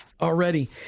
already